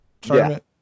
tournament